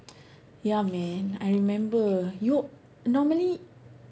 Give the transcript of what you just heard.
ya man I remember you normally